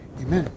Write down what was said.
Amen